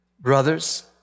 Brothers